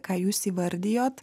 ką jūs įvardijot